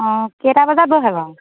অঁ কেইটা বজাত বহে বাৰু